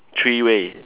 three way